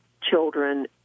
children